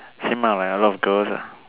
seem like will have a lot of girls ah